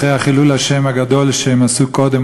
אחרי חילול השם הגדול שהם עשו קודם,